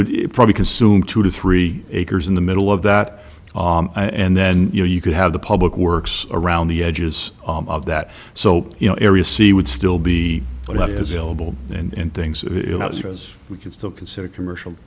would probably consume two to three acres in the middle of that and then you know you could have the public works around the edges of that so you know area c would still be left as ill and things as we could still consider commercial